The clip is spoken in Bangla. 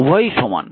উভয়ই সমান